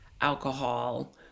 alcohol